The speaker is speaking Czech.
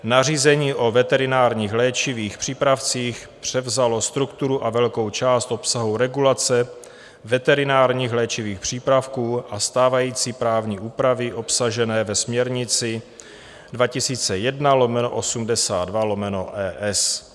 Nařízení o veterinárních léčivých přípravcích převzalo strukturu a velkou část obsahu regulace veterinárních léčivých přípravků a stávající právní úpravy obsažené ve směrnici 2001/82/ES.